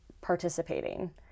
participating